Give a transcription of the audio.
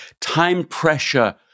time-pressure